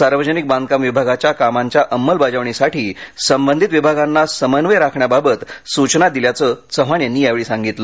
सार्वजनिक बांधकाम विभागाच्या कामांच्या अंमलबजावणीसाठी संबधित विभागांना समन्वय राखण्याबाबत सूचना चव्हाण यांनी यावेळी दिल्या